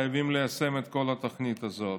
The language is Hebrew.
חייבים ליישם את כל התוכנית הזאת.